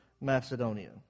Macedonia